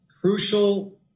crucial